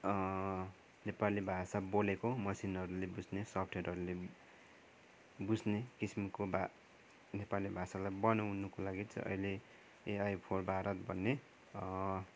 नेपाली भाषा बोलेको मेसिनहरूले बुझ्ने सफ्टवेयरहरूले नि बुझ्ने कि किसिमको भा नेपाली भाषालाई बनाउनुको लागि चाहिँ अहिले ए आई फर भारत भन्ने